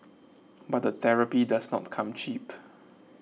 but the therapy does not come cheap